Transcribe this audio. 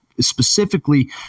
specifically